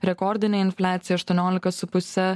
rekordinę infliaciją aštuoniolika su puse